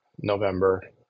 November